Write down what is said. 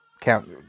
count